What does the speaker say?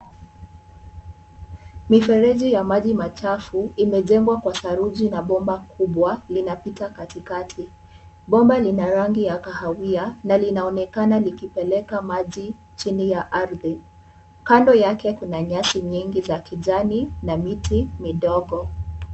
Mifereji ya maji machafu imejengwa kwa saruji na bomba kubwa linapita katikati. Bomba lina rangi ya kahawia na linaonekana likipeleka maji chini ya ardhi. Kando yake kuna nyasi nyingi za kijani na miti midogo.